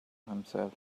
himself